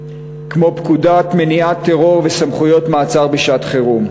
כמו פקודת מניעת טרור וסמכויות מעצר בשעת-חירום.